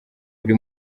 buri